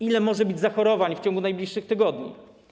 Ile może być zachorowań w ciągu najbliższych tygodni?